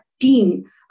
team